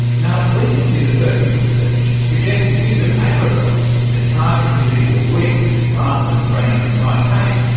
now, recent university research suggests the use of agrobots to target individual weeds, rather than spraying an entire paddock,